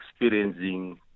experiencing